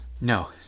No